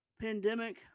Pandemic